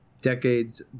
decades